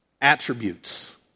attributes